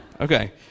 Okay